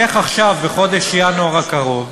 איך עכשיו, בחודש ינואר הקרוב,